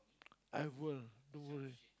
I will will